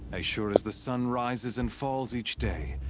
as sure as the sun rises and falls each day.